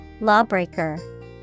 Lawbreaker